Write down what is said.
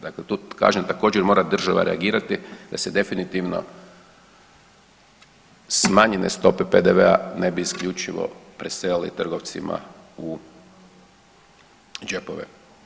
Dakle, tu kažem također mora država reagirati da se definitivno smanjenje stope PDV-a ne bi isključivo preselili trgovcima u džepove.